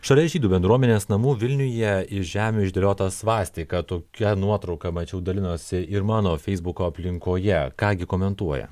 šalia žydų bendruomenės namų vilniuje iš žemių išdėliota svastika tokia nuotrauka mačiau dalinosi ir mano feisbuko aplinkoje ką gi komentuoja